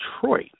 Detroit